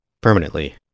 permanently